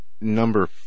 number